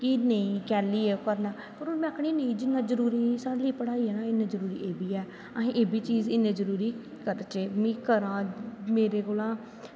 कि नेंई कैली करनां के नेंई हून में आखनी जिन्नी जरूरी साढ़े लेई पढ़ाई ऐ ना इन्नी जरूरी एह् बी ऐ असैं एह् बी चीज़ इन्नी जरूरी अस करचै में करां मेरे कोला